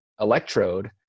electrode